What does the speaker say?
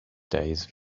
days